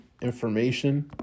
information